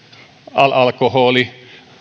alkoholi